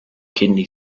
kidney